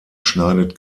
schneidet